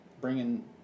bringing